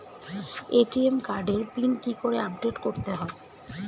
ATM কার্ডের PIN কি করে আপডেট করতে হয়?